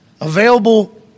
available